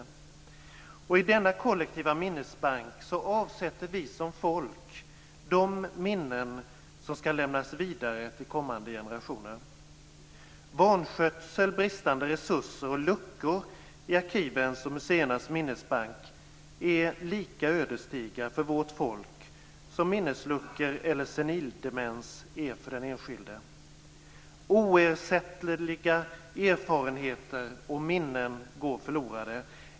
I denna kollektiva minnesbank avsätter vi som folk de minnen som skall lämnas vidare till kommande generationer. Vanskötsel, bristande resurser och luckor i arkivens och museernas minnesbank är lika ödesdigra för vårt folk som minnesluckor eller senildemens är för den enskilde. Oersättliga erfarenheter och minnen går förlorade.